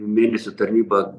mėnesių tarnybą